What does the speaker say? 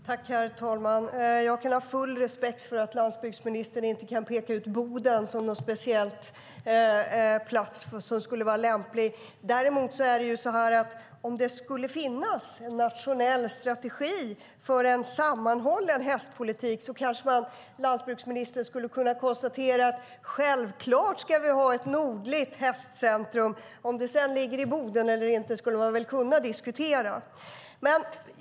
Herr talman! Jag har full respekt för att landsbygdsministern inte kan peka ut Boden som en plats som skulle vara speciellt lämplig. Men om det skulle finnas en nationell strategi för en sammanhållen hästpolitik skulle landsbygdsministern kanske kunna konstatera att vi ska ha ett nordligt hästcentrum. Sedan skulle man kunna diskutera om det ska ligga i Boden eller inte.